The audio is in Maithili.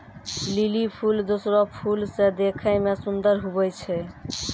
लीली फूल दोसरो फूल से देखै मे सुन्दर हुवै छै